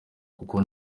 kuko